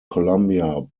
columbia